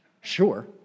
Sure